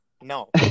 No